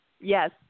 Yes